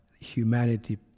humanity